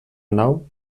nau